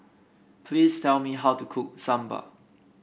please tell me how to cook Sambar